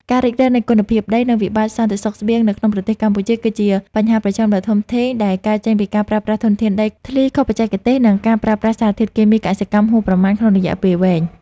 ការរិចរឹលនៃគុណភាពដី និងវិបត្តិសន្តិសុខស្បៀងនៅក្នុងប្រទេសកម្ពុជា គឺជាបញ្ហាប្រឈមដ៏ធំធេងដែលកើតចេញពីការប្រើប្រាស់ធនធានដីធ្លីខុសបច្ចេកទេស និងការប្រើប្រាស់សារធាតុគីមីកសិកម្មហួសប្រមាណក្នុងរយៈពេលវែង។